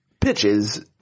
pitches